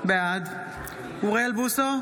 בעד אוריאל בוסו,